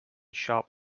sharp